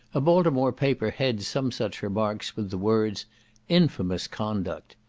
a baltimore paper heads some such remarks with the words infamous conduct!